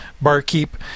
Barkeep